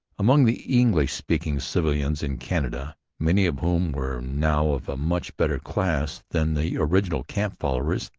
among the english-speaking civilians in canada, many of whom were now of a much better class than the original camp-followers,